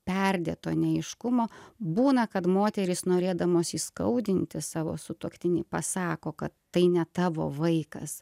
perdėto neaiškumo būna kad moterys norėdamos įskaudinti savo sutuoktinį pasako kad tai ne tavo vaikas